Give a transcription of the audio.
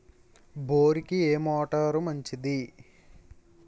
బోరుకి ఏ మోటారు మంచిది?